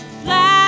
fly